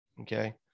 Okay